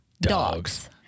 Dogs